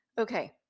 Okay